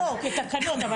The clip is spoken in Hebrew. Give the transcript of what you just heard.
התקנות כן,